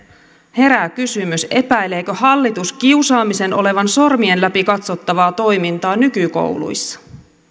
herää kysymys epäileekö hallitus kiusaamisen olevan sormien läpi katsottavaa toimintaa nykykouluissa